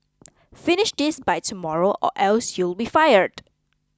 finish this by tomorrow or else you'll be fired